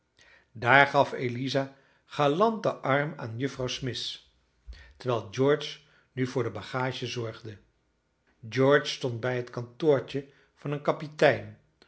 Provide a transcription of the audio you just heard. daar gaf eliza galant den arm aan juffrouw smith terwijl george nu voor de bagage zorgde george stond bij het kantoortje van een kapitein